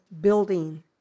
building